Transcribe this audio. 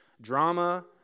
drama